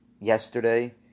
yesterday